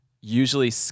usually